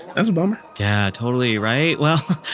that's a bummer yeah, totally right. well,